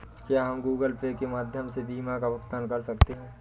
क्या हम Google Pay के माध्यम से बीमा का भुगतान कर सकते हैं?